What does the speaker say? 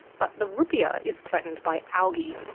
but the ruppia is threatened by algae,